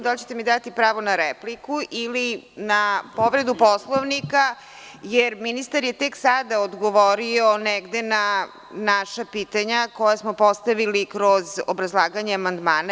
Da li ćete mi dati pravo na repliku ili na povredu Poslovnika, jer ministar je tek sada odgovorio negde na naša pitanja koja smo postavili kroz obrazlaganje amandmana.